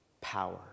power